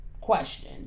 question